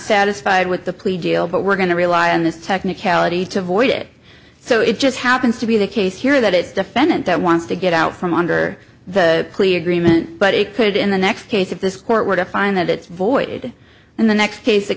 satisfied with the plea deal but we're going to rely on this technicality to avoid it so it just happens to be the case here that it's defendant that wants to get out from under the plea agreement but it could in the next case if this court were to find that it's voided and the next case it